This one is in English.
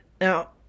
Now